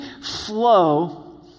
flow